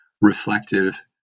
reflective